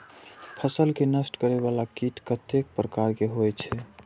फसल के नष्ट करें वाला कीट कतेक प्रकार के होई छै?